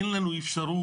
אין לנו אפשרות